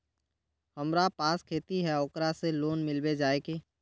हमरा पास खेती है ओकरा से लोन मिलबे जाए की?